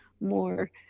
more